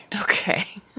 Okay